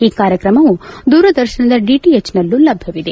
ಈ ಕಾರ್ಯಕ್ರಮವು ದೂರದರ್ಶನದ ಡಿಟಿಎಚ್ನಲ್ಲೂ ಲಭ್ಯವಿದೆ